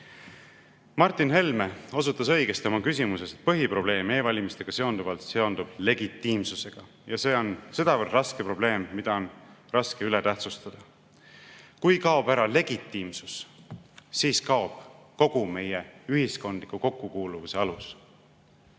Martin Helme osutas oma küsimuses õigesti, et põhiprobleem e‑valimistega seonduvalt seondub legitiimsusega. See on sedavõrd raske probleem, mida on raske üle tähtsustada. Kui kaob ära legitiimsus, siis kaob kogu meie ühiskondliku kokkukuuluvuse alus.